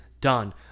done